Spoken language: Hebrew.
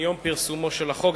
מיום פרסומו של החוק,